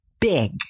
big